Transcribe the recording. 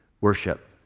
worship